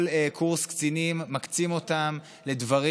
כל קורס קצינים מקצים אותם לדברים,